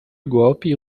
golpe